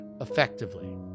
effectively